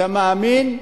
אתה מאמין,